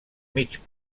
mig